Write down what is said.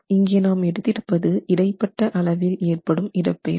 இங்கே நாம் எடுத்திருப்பது இடைப்பட்ட அளவில் ஏற்படும் இடப்பெயர்ச்சி